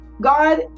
God